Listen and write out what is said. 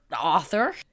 author